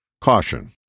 Caution